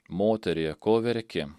moterie ko verki